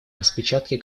распечатки